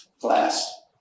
class